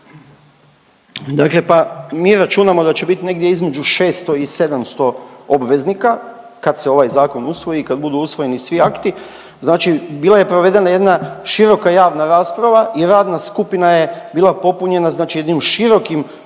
Darko** … mi računamo da će bit negdje između 600 i 700 obveznika kad se ovaj zakon usvoji i kad budu usvojeni svi akti. Znači bila je provedena jedna široka javna rasprava i radna skupina je bila popunjena znači jednim širokim krugom